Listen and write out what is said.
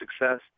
success